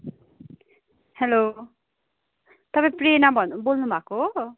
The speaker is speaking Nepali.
हेलो तपाईँ प्रेरणा भन् बोल्नु भएको हो